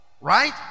right